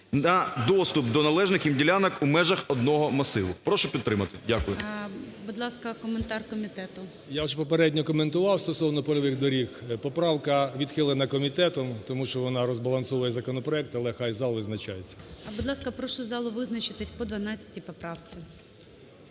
на доступ до належних їм ділянок у межах одного масиву. Прошу підтримати. Дякую. ГОЛОВУЮЧИЙ. Будь ласка, коментар комітету. 13:26:48 КУЛІНІЧ О.І. Я ж попередньо коментував стосовно польових доріг. Поправка відхилена комітетом, тому що вона розбалансовує законопроект, але хай зал визначається. ГОЛОВУЮЧИЙ. Будь ласка, прошу залу визначитися по 12 поправці.